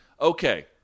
Okay